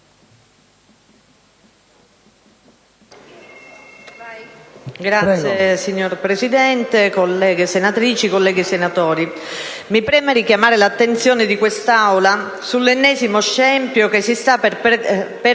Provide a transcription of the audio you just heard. Signor Presidente, colleghe senatrici e colleghi senatori, mi preme richiamare l'attenzione di quest'Assemblea sull'ennesimo scempio che si sta